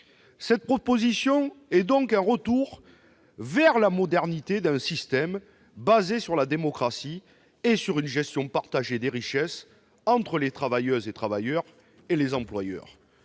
Cette proposition est un retour à la modernité d'un système fondé sur la démocratie et sur une gestion partagée des richesses entre les travailleuses et travailleurs, et les employeurs.